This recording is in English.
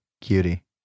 cutie